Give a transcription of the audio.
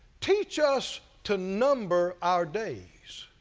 teach us to number our days,